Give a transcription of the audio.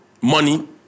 money